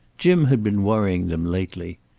jim had been worrying them lately.